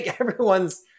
everyone's